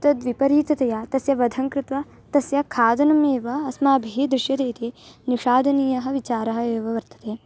तद्विपरीततया तस्य वधं कृत्वा तस्य खादनमेव अस्माभिः दृश्यते इति निषादनीयः विचारः एव वर्तते